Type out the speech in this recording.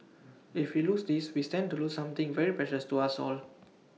if we lose this we stand to lose something very precious to us all